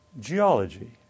geology